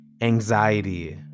anxiety